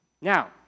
Now